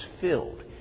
filled